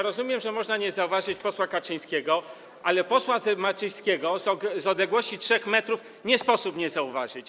Rozumiem, że można nie zauważyć posła Kaczyńskiego, [[Wesołość na sali]] ale posła Zembaczyńskiego z odległości 3 m nie sposób nie zauważyć.